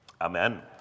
amen